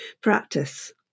practice